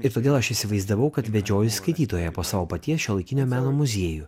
ir todėl aš įsivaizdavau kad vedžioja skaitytoją po savo paties šiuolaikinio meno muziejų